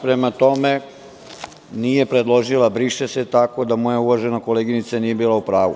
Prema tome, nije predložila – briše se, tako da moja uvažena koleginica nije bila u pravu.